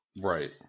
Right